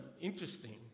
interesting